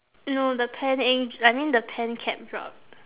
no the pen ink I mean the pen cap drop